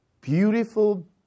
beautiful